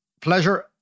pleasure